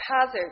hazard